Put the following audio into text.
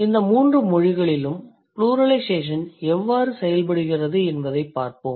இந்த 3 மொழிகளிலும் ப்ளூரலைசேஷன் எவ்வாறு செயல்படுகிறது என்பதைப் பார்ப்போம்